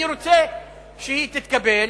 אני רוצה שהיא תתקבל,